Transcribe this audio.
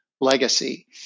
legacy